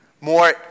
more